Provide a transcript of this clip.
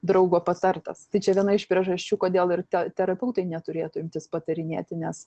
draugo patartas tai čia viena iš priežasčių kodėl ir terapeutai neturėtų imtis patarinėti nes